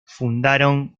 fundaron